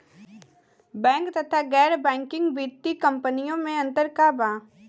Bank तथा गैर banking वित्तीय कम्पनीयो मे अन्तर का बा?